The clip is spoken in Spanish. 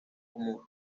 como